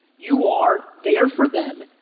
you are there for them.